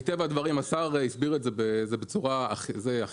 מטבע הדברים השר הסביר את זה בצורה הטובה